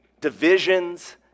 divisions